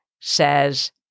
says